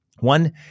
One